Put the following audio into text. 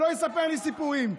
שלא יספר לי סיפורים.